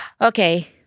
Okay